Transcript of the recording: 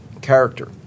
character